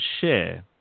share